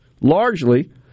largely